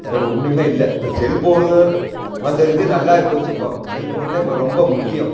வேறு ஒன்றுமே இல்லை இப்போ செல்போனு வந்ததுக்கு நல்லாகி போயிடுச்சு இப்போ செல்போன் தான் இப்போ ரொம்ப முக்கியம்